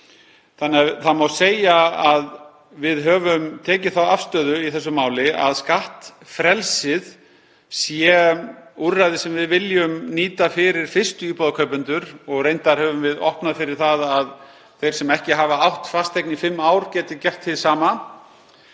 Þannig má segja að við höfum tekið þá afstöðu í þessu máli að skattfrelsið sé úrræði sem við viljum nýta fyrir fyrstuíbúðarkaupendur og reyndar höfum við opnað fyrir það að þeir sem ekki hafa átt fasteign í fimm ár geti gert hið sama.